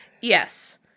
Yes